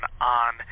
on